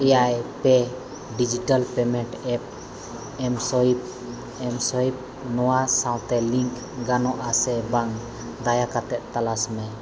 ᱮᱭᱟᱭ ᱯᱮ digital payment app M swipe M swipe ᱱᱚᱣᱟ ᱥᱟᱶᱛᱮ ᱞᱤᱝᱠ ᱜᱟᱱᱚᱜᱼᱟ ᱥᱮ ᱵᱟᱝ ᱫᱟᱭᱟ ᱠᱟᱛᱮᱫ ᱛᱚᱞᱟᱥ ᱢᱮ